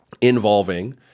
involving